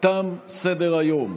ווליד טאהא,